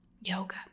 yoga